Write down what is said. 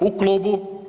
U klubu.